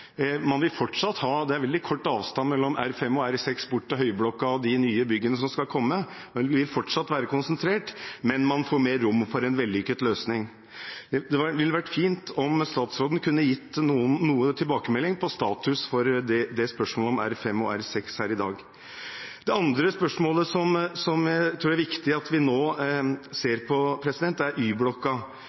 Det er veldig kort avstand mellom R5, R6 og bort til Høyblokka og de nye byggene som skal komme – det vil fortsatt være konsentrert, men man får mer rom for en vellykket løsning. Det ville vært fint om statsråden her i dag kunne gi tilbakemelding på status på spørsmålet om R5 og R6. Det andre spørsmålet som jeg tror det er viktig at vi nå ser på, er